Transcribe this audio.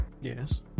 Yes